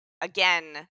again